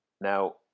Now